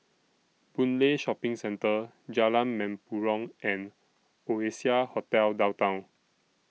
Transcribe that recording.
Boon Lay Shopping Centre Jalan Mempurong and Oasia Hotel Downtown